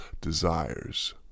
desires